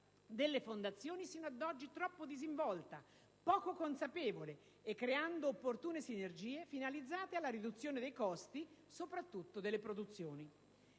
delle fondazioni sino ad oggi troppo disinvolta e poco consapevole, nonché creando opportune sinergie finalizzate alla riduzione dei costi e soprattutto delle produzioni.